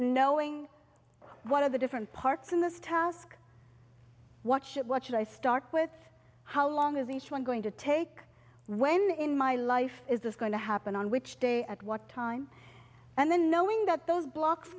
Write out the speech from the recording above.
knowing what are the different parts in this task what should what should i start with how long is each one going to take when in my life is this going to happen on which day at what time and then knowing that those blocks